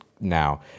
now